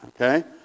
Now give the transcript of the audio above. Okay